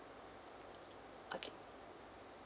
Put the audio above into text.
okay